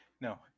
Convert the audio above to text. no